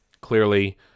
Clearly